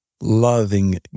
loving